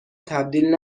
تبدیل